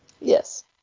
Yes